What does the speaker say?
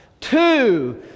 two